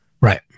Right